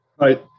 Right